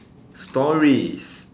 stories